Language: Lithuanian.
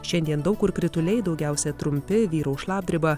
šiandien daug kur krituliai daugiausia trumpi vyraus šlapdriba